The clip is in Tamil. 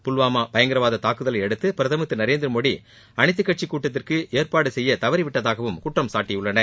புல்வாமா பயங்கரவாத தாக்குதலையடுத்து பிரதமர் திரு நரேந்திரமோடி அளைத்துக்கட்சிக் கூட்டத்திற்கு ஏற்பாடு செய்ய தவறிவிட்டதாகவும் குற்றம் சாட்டியுள்ளன